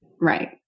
Right